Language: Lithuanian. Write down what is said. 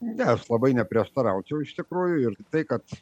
ne labai neprieštaraučiau iš tikrųjų ir tai kad